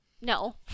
No